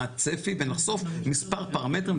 מה הצפי ונחשוף מספר פרמטרים,